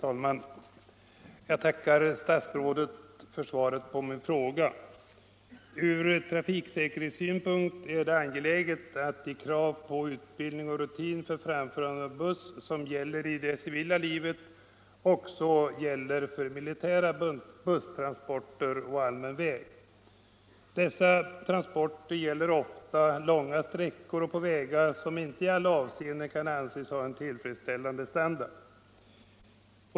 Herr talman! Jag tackar statsrådet för svaret på min enkla fråga. Från trafiksäkerhetssynpunkt är det angeläget att de krav på utbildning och rutin för framförande av buss som ställs i det civila livet också gäller vid militära busstransporter å allmän väg. Dessa transporter avser ofta långa sträckor och sker på vägar som inte i alla avseenden har en tillfredsställande standard.